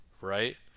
right